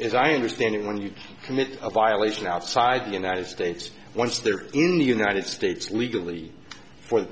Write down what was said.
as i understand it when you commit a violation outside the united states once they're in the united states legally for the